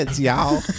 y'all